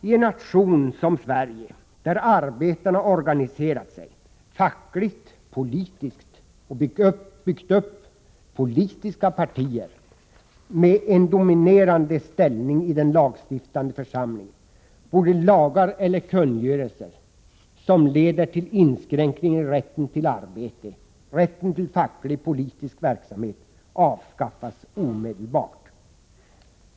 I en nation som Sverige, där arbetarna organiserat sig fackligt-politiskt och byggt upp politiska partier med en dominerande ställning i den lagstiftande församlingen, borde lagar eller kungörelser som leder till inskränkningar i rätten till arbete och rätten till facklig-politisk verksamhet avskaffas omedelbart.